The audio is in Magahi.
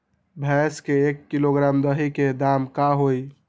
भैस के एक किलोग्राम दही के दाम का होई?